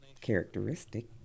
characteristic